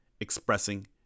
expressing